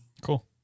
Cool